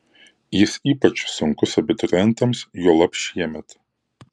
jis ypač sunkus abiturientams juolab šiemet